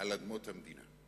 על אדמות המדינה.